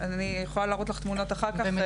אני יכולה להראות לך תמונות אחר כך.